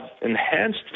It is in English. enhanced